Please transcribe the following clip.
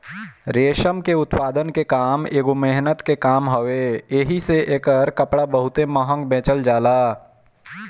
रेशम के उत्पादन के काम एगो मेहनत के काम हवे एही से एकर कपड़ा बहुते महंग बेचल जाला